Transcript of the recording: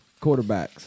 Quarterbacks